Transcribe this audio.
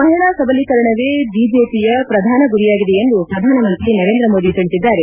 ಮಹಿಳಾ ಸಬಲೀಕರಣವೇ ಬಿಜೆಪಿಯ ಪ್ರಧಾನ ಗುರಿಯಾಗಿದೆ ಎಂದು ಪ್ರಧಾನಮಂತ್ರಿ ನರೇಂದ್ರ ಮೋದಿ ತಿಳಿಸಿದ್ದಾರೆ